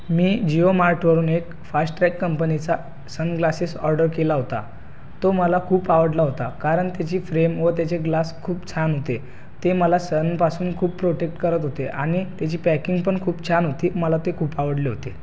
मी जियोमार्टवरून एक फास्टट्रॅक कंपनीचा सनग्लासेस ऑर्डर केला होता तो मला खूप आवडला होता कारण त्याची फ्रेम व त्याचे ग्लास खूप छान होते ते मला सनपासून खूप प्रोटेक्ट करत होते आनि त्याची पॅकिंग पण खूप छान होती मला ते खूप आवडले होते